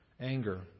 Anger